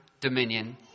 dominion